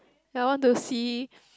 I want to see